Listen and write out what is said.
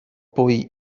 poi